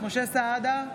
משה סעדה,